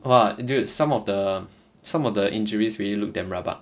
!wah! dude some of the some of the injuries really look damn rabak